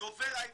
דובר עברית,